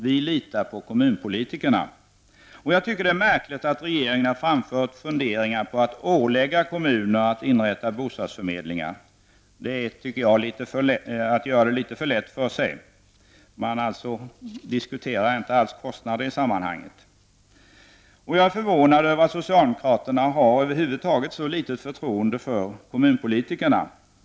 Vi litar på kommunalpolitikerna. Jag tycker att det är märkligt att regeringen har framfört funderingar på att ålägga kommuner att inrätta bostadsförmedlingar. Det är att göra det litet för lätt för sig. Man diskuterar inte alls kostnaderna i sammanhanget. Jag är också förvånad över att socialdemokraterna har ett så litet förtroende för kommunalpolitikerna.